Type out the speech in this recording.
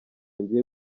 ngiye